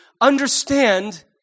understand